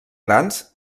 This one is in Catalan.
grans